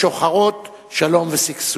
השוחרות שלום ושגשוג.